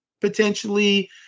potentially